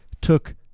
took